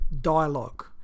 dialogue